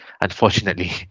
unfortunately